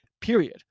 period